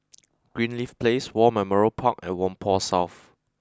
Greenleaf Place War Memorial Park and Whampoa South